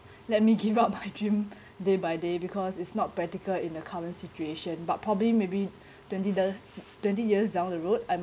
let me give up my dream day by day because it's not practical in the current situation but probably maybe twenty do~ twenty years down the road